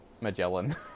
Magellan